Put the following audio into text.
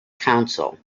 council